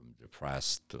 depressed